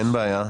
אין בעיה.